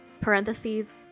parentheses